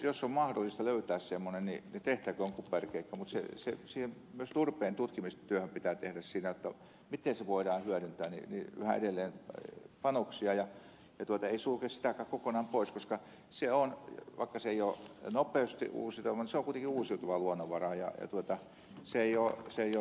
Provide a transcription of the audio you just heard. jos on mahdollista löytää semmoinen niin tehtäköön kuperkeikka mutta myös turpeen tutkimistyöhön pitää tehdä siinä miten se voidaan hyödyntää yhä edelleen panoksia eikä sulkea sitäkään kokonaan pois koska se on vaikka se ei ole nopeasti uusiutuva kuitenkin uusiutuva luonnonvara jaetulta se ei oo sen jo